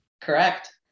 Correct